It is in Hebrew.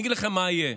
אני אגיד לך מה יהיה: